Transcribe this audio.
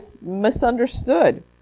misunderstood